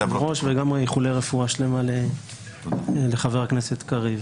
ליושב ראש ואיחולי רפואה שלמה לחבר הכנסת קריב.